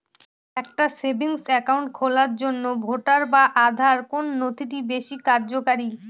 একটা savings account খোলার জন্য ভোটার বা আধার কোন নথিটি বেশী কার্যকরী?